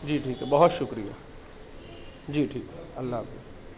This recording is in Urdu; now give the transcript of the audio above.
جی ٹھیک ہے بہت شکریہ جی ٹھیک ہے اللہ حافظ